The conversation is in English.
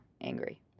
angry